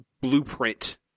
blueprint